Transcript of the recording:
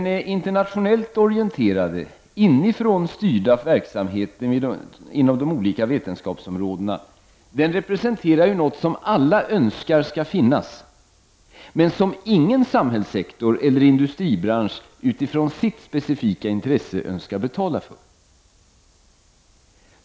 Den internationellt orienterade, inifrån styrda verksamheten inom de olika vetenskapsområdena representerar hågot som alla önskar skall finnas, men som ingen samhällssektor eller industribransch utifrån sitt specifika intresse önskar betala för.